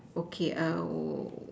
okay err